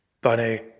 Bunny